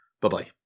Bye-bye